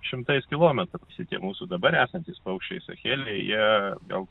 šimtais kilometrų šitie mūsų dabar esantys paukščiai sahely jie gal